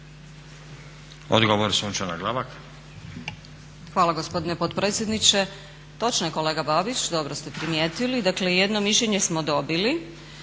Odgovor Sunčana Glavak.